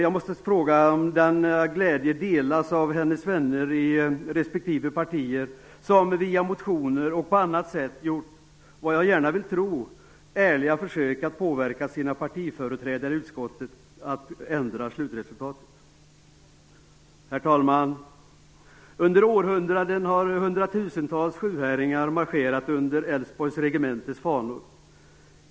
Jag måste fråga om denna glädje delas av hennes vänner i respektive partier som via motioner och på annat sätt har gjort - som jag gärna vill tro - ärliga försök att påverka sina partiföreträdare i utskottet att ändra slutresultatet. Herr talman! Under århundraden har hundratusentals sjuhäringar marscherat under Älvsborgs regementes fanor.